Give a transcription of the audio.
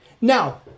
Now